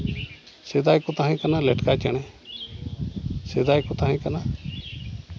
ᱥᱮᱫᱟᱭ ᱠᱚ ᱛᱟᱦᱮᱸ ᱠᱟᱱᱟ ᱞᱮᱴᱠᱟ ᱪᱮᱬᱮ ᱥᱮᱫᱟᱭ ᱠᱚ ᱛᱟᱦᱮᱸ ᱠᱟᱱᱟ